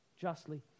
justly